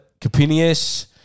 Capinius